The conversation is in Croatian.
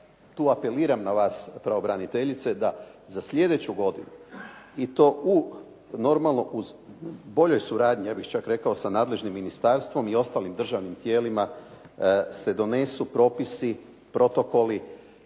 tu apeliram na vas pravobraniteljice da za sljedeću godinu i to u normalno u boljoj suradnji, ja bih čak rekao sa nadležnim ministarstvom i ostalim državnim tijelima se donesu propisi, protokoli